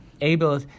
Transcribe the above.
able